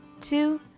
two